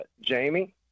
Jamie